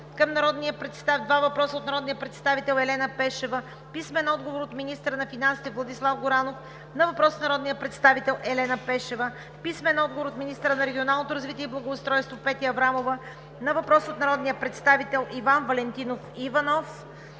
два въпроса от народния представител Елена Пешева; - министъра на финансите Владислав Горанов на въпрос от народния представител Елена Пешева; - министъра на регионалното развитие и благоустройството Петя Аврамова на въпрос от народния представител Иван Валентинов Иванов;